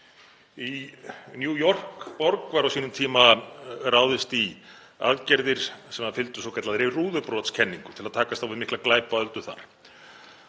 Í New York-borg var á sínum tíma ráðist í aðgerðir sem fylgdu svokallaðri rúðubrotskenningu til að takast á við mikla glæpaöldu þar,